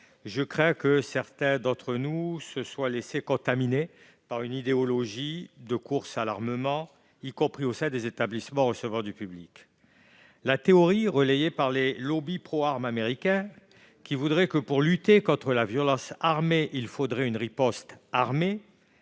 je crains que certains d'entre nous ne se soient laissé contaminer par une idéologie de course à l'armement, y compris au sein des établissements recevant du public. La théorie, relayée par les lobbys pro-armes américains, voudrait que, pour lutter contre la violence armée, il faudrait une riposte armée.